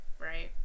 right